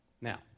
Now